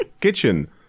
kitchen